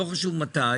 לא חשוב מתי,